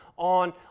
on